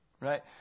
Right